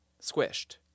squished